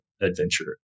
adventure